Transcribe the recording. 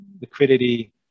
liquidity